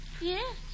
Yes